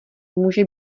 může